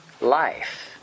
life